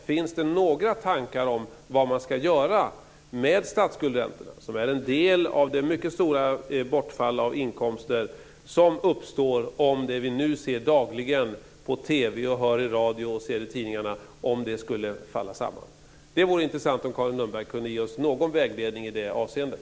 Finns det några tankar om vad man ska göra med statsskuldsräntorna, som är en del av det mycket stora bortfall av inkomster som uppstår om det vi nu dagligen ser på TV, hör om i radio och läser om i tidningarna skulle falla samman? Det vore intressant om Carin Lundberg kunde ge oss någon vägledning i det avseendet.